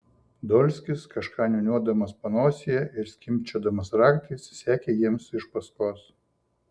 dolskis kažką niūniuodamas panosėje ir skimbčiodamas raktais sekė jiems iš paskos